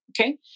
Okay